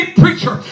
preacher